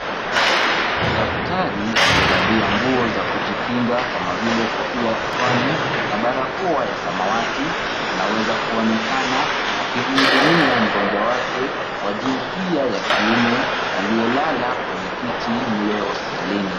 Daktari aliyevalia nguo za kujikinga kama vile kofia kichwani na barakoa ya samawati, anaweza kuonekana akimuhudumia mgonjwa wake wa jinsia ya kiume, aliyelala kwenye kiti mle hospitalini.